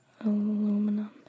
Aluminum